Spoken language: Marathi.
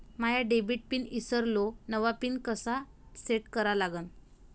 माया डेबिट पिन ईसरलो, नवा पिन कसा सेट करा लागन?